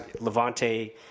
Levante –